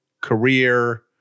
career